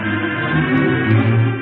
to